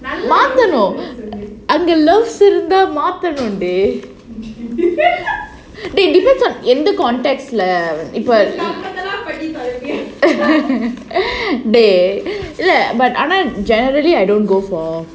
நல்லா:nalla love இருந்தா மாத்தணும்டி:iruntha maathanumdi dey depends on in the context lah it will dey but ஆனா:aanaa generally I don't go for